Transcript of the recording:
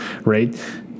right